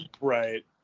right